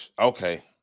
okay